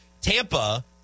Tampa